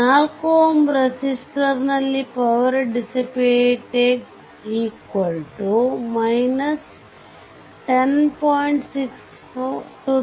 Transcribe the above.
4 Ω resistor ನಲ್ಲಿ power dissipated 10